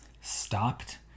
stopped